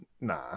nah